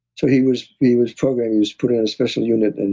so he was he was programming. he was put on a special unit, and